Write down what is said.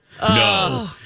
No